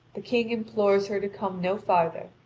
the king implores her to come no farther,